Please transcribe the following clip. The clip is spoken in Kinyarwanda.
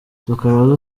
tukaba